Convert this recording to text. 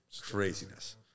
Craziness